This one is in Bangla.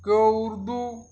কেউ উর্দু